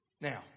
Now